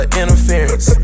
interference